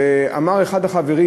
ואמר אחד החברים,